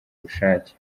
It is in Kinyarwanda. bushake